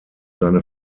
seine